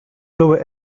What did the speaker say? lower